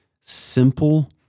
simple